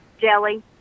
jelly